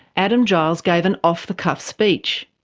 adam giles gave an off-the-cuff speech.